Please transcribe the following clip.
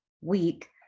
week